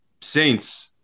Saints